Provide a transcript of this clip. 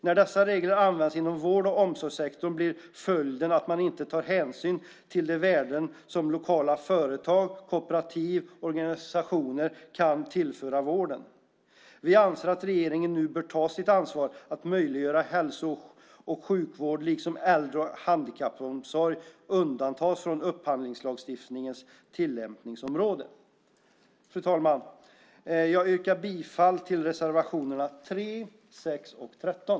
När dessa regler används inom vård och omsorgssektorn blir följden att man inte tar hänsyn till de värden som lokala företag, kooperativ och organisationer kan tillföra vården. Vi anser att regeringen nu bör ta sitt ansvar och möjliggöra att hälso och sjukvård liksom äldre och handikappomsorg undantas från upphandlingslagstiftningens tillämpningsområde. Fru talman! Jag yrkar bifall till reservationerna 3, 6 och 13.